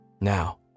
now